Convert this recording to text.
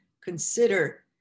consider